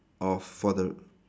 off for the